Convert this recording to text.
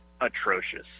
atrocious